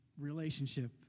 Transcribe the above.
relationship